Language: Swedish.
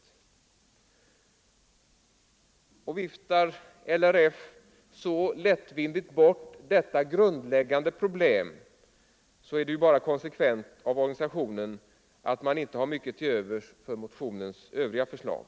Viftar LRF så lättvindigt bort detta grundläggande problem, är det ju bara konsekvent av organisationen att man inte har mycket till övers för motionens övriga förslag.